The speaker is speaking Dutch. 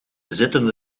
zitten